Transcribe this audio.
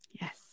Yes